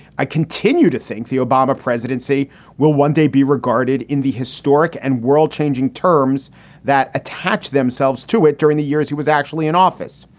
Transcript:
i continue to think the obama presidency will one day be regarded in the historic and world changing terms that attach themselves to it during the years he was actually in office.